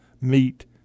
meet